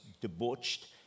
debauched